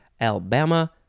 Alabama